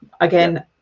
Again